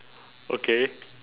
okay